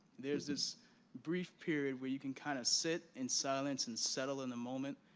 there's this brief period where you can kind of sit in silence and settle in the moment,